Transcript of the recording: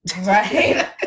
right